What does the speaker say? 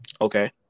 okay